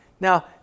Now